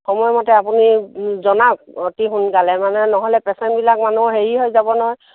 সময়মতে আপুনি জনাওক অতি সোনকালে মানে নহ'লে পেচেণ্টবিলাক মানুহৰ হেৰি হৈ যাব নহয়